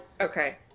okay